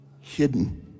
Hidden